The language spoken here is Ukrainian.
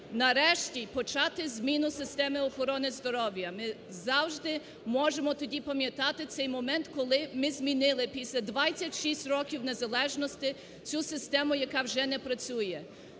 нарешті, почати зміну системи охорони здоров'я. Ми завжди можемо тоді пам'ятати цей момент, коли ми змінили після 26 років незалежності цю систему, яка вже не працює.